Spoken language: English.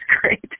great